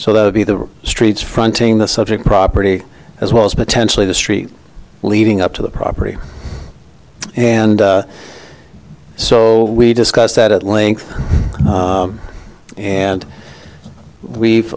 so that would be the streets fronting the subject property as well as potentially the street leading up to the property and so we discussed that at length and we've